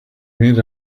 made